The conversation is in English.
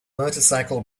motorcycle